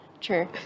True